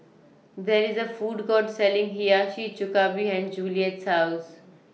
There IS A Food Court Selling Hiyashi Chuka behind Juliette's House